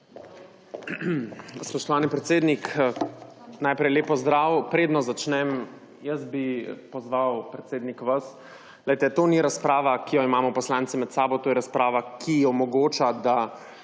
Spoštovani predsednik, najprej lep pozdrav. Preden začnem, bi vas pozval, predsednik, glejte, to ni razprava, ki jo imamo poslanci med sabo, to je razprava, ki omogoča, da